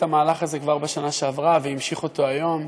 המהלך הזה כבר בשנה שעברה והמשיך אותו היום.